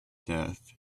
death